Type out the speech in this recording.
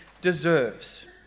deserves